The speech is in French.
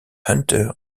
hunter